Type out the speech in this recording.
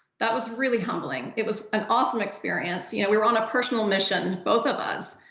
that was really humbling. it was an awesome experience. you know we were on a personal mission, both of us.